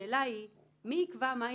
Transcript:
שיח לעומתי